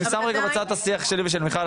אני שם רגע בצד את השיח שלי ושל מיכל,